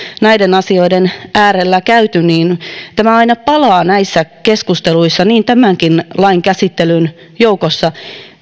näiden asioiden äärellä käyty niin aina palataan näissä keskusteluissa niin tämänkin lain käsittelyn yhteydessä